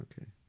Okay